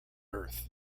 earth